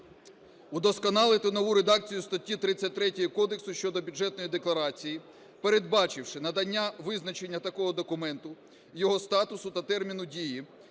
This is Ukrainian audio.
Удосконалити нову редакцію статті 33 Кодексу щодо Бюджетної декларації, передбачивши надання визначення такого документу, його статусу та терміну дії,